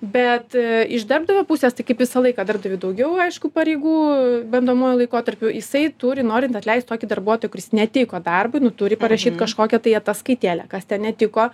bet iš darbdavio pusės tai kaip visą laiką darbdaviui daugiau aišku pareigų bandomuoju laikotarpiu jisai turi norint atleist tokį darbuotoją kuris netiko darbui turi parašyt kažkokią tai ataskaitėlę kas ten netiko